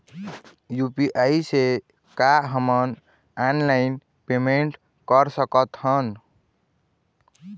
UPI से का हमन ऑनलाइन पेमेंट कर सकत हन?